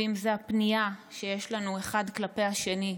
ואם זה הפנייה שיש לנו אחד כלפי השני,